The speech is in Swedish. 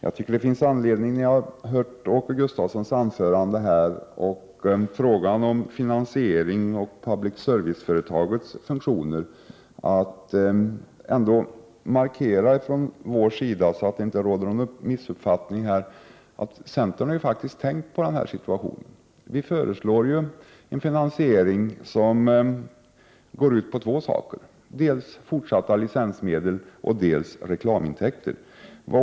Herr talman! När jag har hört Åke Gustavssons anförande och diskussionen öm finansiering och public service-företagets funktioner finns det anledning att betona, för att det inte skall råda någon missuppfattning, att centern faktiskt har tänkt på den här situationen. Vi föreslår ju en finansiering som skall ske på två sätt: licensmedel och reklamintäkter.